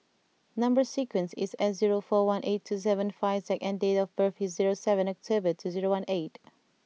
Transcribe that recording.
number sequence is S zero four one eight two seven five Z and date of birth is zero seven October two zero one eight